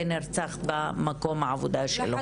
ונרצח במקום העבודה שלו.